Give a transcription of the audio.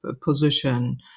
position